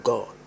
God